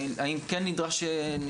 האם כן נדרש,